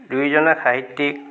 দুইজনা সাহিত্য়িক